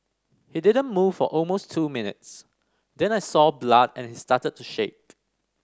he didn't move for almost two minutes then I saw blood and he started to shake